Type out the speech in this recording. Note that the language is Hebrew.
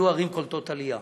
הן יהיו ערים קולטות עלייה.